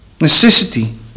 necessity